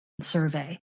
Survey